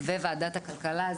וועדת הכלכלה,